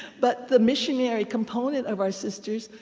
but the missionary component of our sisters,